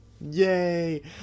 Yay